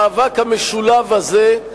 המאבק המשולב הזה,